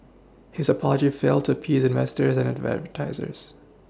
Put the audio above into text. his apology failed to peace investors and advertisers